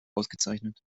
ausgezeichnet